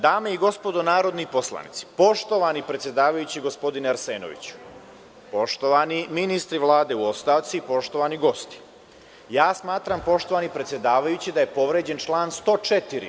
Dame i gospodo narodni poslanici, poštovani predsedavajući, gospodine Arsenoviću, poštovani ministre Vlade u ostavci, poštovani gosti, smatram poštovani predsedavajući da je povređen član 104.